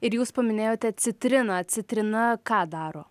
ir jūs paminėjote citriną citrina ką daro